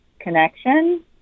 connection